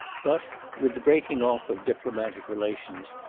but, with the breaking off of diplomatic relations,